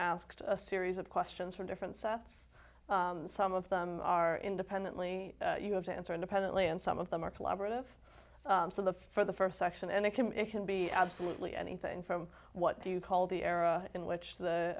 asked a series of questions from different sites some of them are independently you have to answer independently and some of them are collaborative so the for the first section and they can it can be absolutely anything from what do you call the era in which the